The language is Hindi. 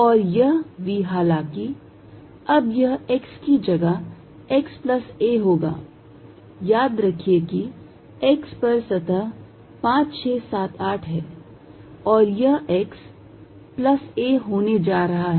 और यह v हालांकि अब यह x की जगह x plus a होगा याद रखिए कि x पर सतह 5 6 7 8 है यह x plus a होने जा रहा है